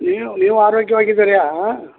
ನೀವು ನೀವು ಆರೋಗ್ಯವಾಗಿ ಇದ್ದೀರಾ